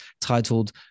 titled